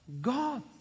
God